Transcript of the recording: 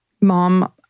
Mom